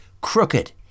Crooked